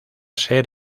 ser